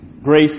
Grace